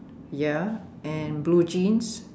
ya and blue jeans